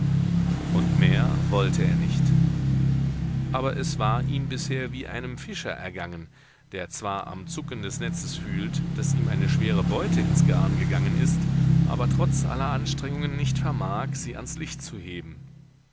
und mehr wollte er nicht aber es war ihm bisher wie einem fischer ergangen der zwar am zucken des netzes fühlt daß ihm eine schwere beute ins garn gegangen ist aber trotz aller anstrengungen nicht vermag sie ans licht zu heben